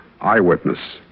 Eyewitness